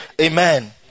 Amen